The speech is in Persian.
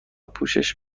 پوشش